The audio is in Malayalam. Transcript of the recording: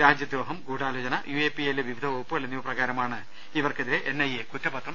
രാജ്യദ്രോഹം ഗൂഡാ ലോചന യു എ പി എയിലെ വിവിധ വകുപ്പുകൾ എന്നിവ പ്രകാരമാണ് ഇവർക്കെതിരെ എൻ ഐ എ കുറ്റപത്രം സമർപ്പിച്ചത്